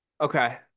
Okay